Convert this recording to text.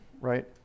right